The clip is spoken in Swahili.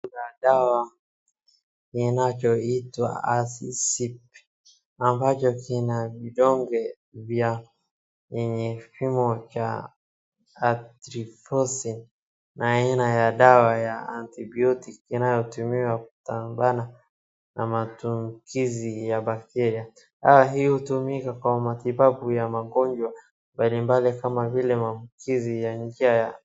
Kuna dawa inayoitwa Azicip ambacho ina vidonge vya yenye kipimo cha azithromycin na aina ya dawa ya antibiotic inayotumiwa kutambana na matumizi ya bacteria . Dawa hii hutumika kwa matibabu ya magonjwa mbalimbali kama vile maambukizi ya njia ya.